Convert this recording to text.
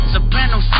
Soprano